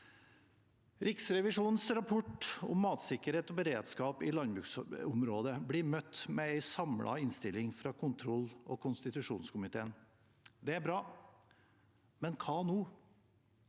Riksrevisjonens rapport om matsikkerhet og beredskap i landbruksområdet blir møtt med en samlet innstilling fra kontroll- og konstitusjonskomiteen. Det er bra, men hva nå?